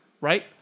right